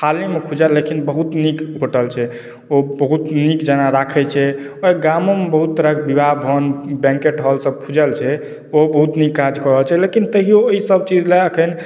hall ही मे खुजल लेकिन बहुत नीक होटल छै ओ बहुत नीक जेना राखै छै ओहि गामोमे बहुत तरहके विवाह भवन बैंक्वेट हाँल सभ खुजल छै ओहो बहुत नीक काज कऽ रहल छै लेकिन तैओ ईसभ चीज ले अखन